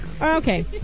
Okay